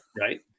Right